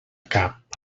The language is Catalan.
cap